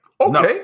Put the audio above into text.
Okay